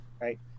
right